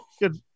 Good